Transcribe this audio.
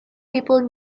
people